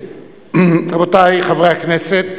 רבותי חברי הכנסת,